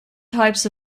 types